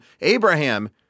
Abraham